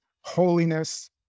holiness